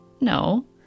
no